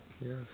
Yes